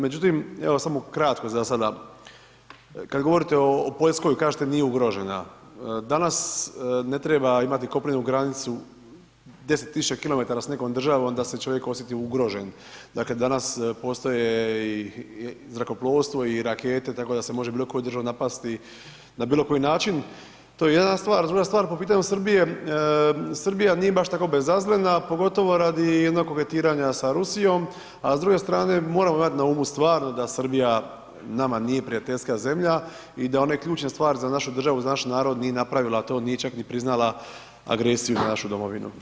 Međutim, evo samo kratko za sada, kad govorite o Poljskoj, kažete nije ugrožena, danas ne treba imati kopnenu granicu 10 000 km s nekom državom da se čovjek osjeti ugroženim, dakle, danas postoje i zrakoplovstvo i rakete, tako da se može bilo koju državu napasti na bilo koji način, to je jedna stvar, a druga stvar po pitanju Srbije, Srbija nije baš tako bezazlena pogotovo radi jednog koketiranja sa Rusijom, a s druge strane moramo imati na umu stvarno da Srbija nama nije prijateljska zemlja i da one ključne stvari za našu državu, za naš narod nije napravila to, nije čak ni priznala agresiju na našu domovinu.